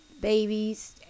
babies